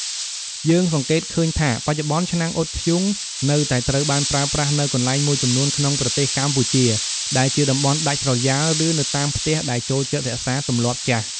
យើងសង្កេតឃើញថា បច្ចុប្បន្ន ឆ្នាំងអ៊ុតធ្យូងនៅតែត្រូវបានប្រើប្រាស់នៅកន្លែងមួយចំនួនក្នុងប្រទេសកម្ពុជា ដែលជាតំបន់ដាច់ស្រយាល ឬនៅតាមផ្ទះដែលចូលចិត្តរក្សាទម្លាប់ចាស់។